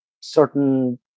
certain